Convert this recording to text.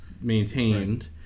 maintained